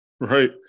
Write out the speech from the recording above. right